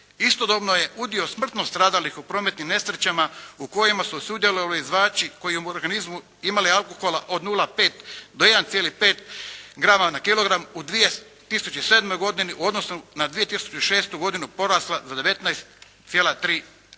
Istodobno je udio smrtno stradalih u prometnim nesrećama u kojima su sudjelovali vozači koji u organizmu imali alkohola od 0,5 do 1,5 grama na kilogram u 2007. godini u odnosu na 2006. godinu porasla za 19,3%.